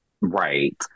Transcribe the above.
right